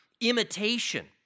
imitation